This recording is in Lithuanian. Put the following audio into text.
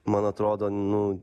man atrodo nu